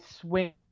swing